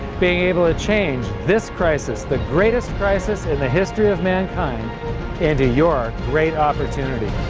being able to change this crisis the greatest crisis in the history of mankind into your great opportunity